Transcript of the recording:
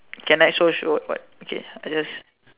can I so sure of what okay I just